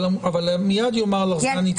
אבל מייד יאמר לך סגן-ניצב בהט,